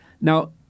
Now